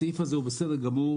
הסעיף הזה הוא בסדר גמור.